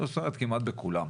זאת אומרת כמעט בכולם,